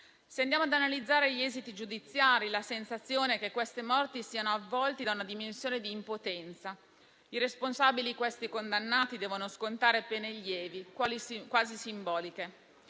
Se andiamo ad analizzare gli esiti giudiziari, la sensazione è che queste morti siano avvolte da una dimensione di impotenza. I responsabili condannati devono scontare pene lievi, quasi simboliche.